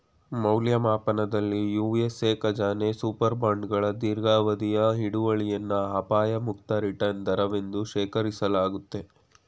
ಮೌಲ್ಯಮಾಪನದಲ್ಲಿ ಯು.ಎಸ್.ಎ ಖಜಾನೆ ಸೂಪರ್ ಬಾಂಡ್ಗಳ ದೀರ್ಘಾವಧಿಯ ಹಿಡುವಳಿಯನ್ನ ಅಪಾಯ ಮುಕ್ತ ರಿಟರ್ನ್ ದರವೆಂದು ಶೇಖರಿಸಲಾಗುತ್ತೆ